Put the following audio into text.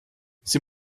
sie